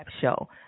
show